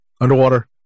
underwater